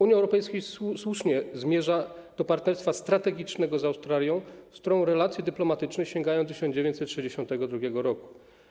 Unia Europejska słusznie zmierza do partnerstwa strategicznego z Australią, z którą relacje dyplomatyczne sięgają 1962 r.